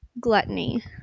gluttony